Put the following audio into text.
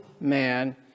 man